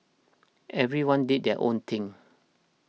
everyone did their own thing